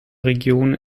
region